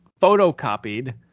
photocopied